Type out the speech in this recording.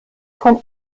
von